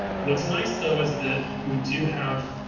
what's nice, though, is that we do have,